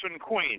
queen